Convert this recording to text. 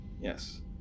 Yes